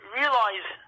realize